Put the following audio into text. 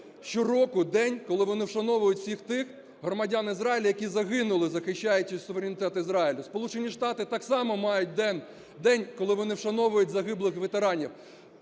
щороку день, коли вони вшановують всіх тих громадян Ізраїлю, які загинули, захищаючи суверенітет Ізраїлю. Сполучені Штати так само мають день, коли вони вшановують загиблих ветеранів.